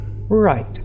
Right